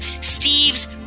Steve's